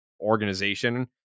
organization